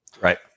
Right